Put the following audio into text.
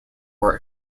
were